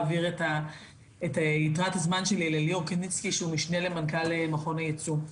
אעביר את יתרת הזמן שלי לליאור קוניצקי שהוא משנה למנכ"ל מכון הייצוא.